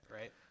right